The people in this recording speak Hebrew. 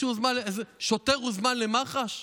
שוטר הוזמן למח"ש?